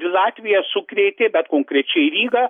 latviją sukrėtė bet konkrečiai rygą